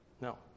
No